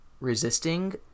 resisting